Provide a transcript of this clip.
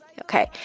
okay